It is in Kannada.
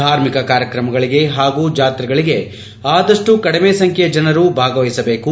ಧಾರ್ಮಿಕ ಕಾರ್ಯಕ್ರಮಗಳಿಗೆ ಹಾಗೂ ಜಾತ್ರೆಗಳಿಗೆ ಅದಷ್ಟು ಕಡಿಮೆ ಸಂಖ್ಯೆಯ ಜನರು ಭಾಗವಹಿಸಬೇಕು